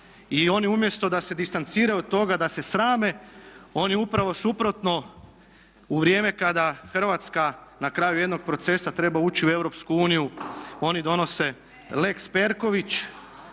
I oni umjesto da se distanciraju od toga da se srame oni upravo suprotno u vrijeme kada Hrvatska na kraju jednog procesa treba ući u EU oni donose lex Perković